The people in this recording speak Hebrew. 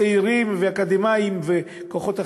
צעירים ואקדמאים וכוחות אחרים,